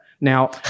Now